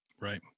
Right